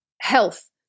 Health